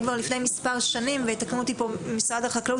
מספר שנים ויתקנו אותי אם אני טועה,